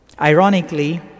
Ironically